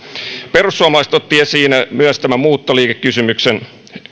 perussuomalaiset ottivat esiin myös muuttoliikekysymyksen